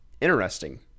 Interesting